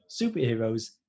superheroes